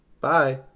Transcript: bye